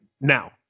now